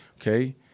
Okay